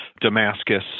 Damascus